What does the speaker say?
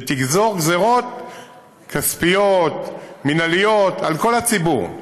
שתגזור גזרות כספיות, מינהליות, על כל הציבור,